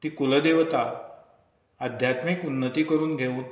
ती कुलदेवता आध्यात्मीक उन्नती करून घेवन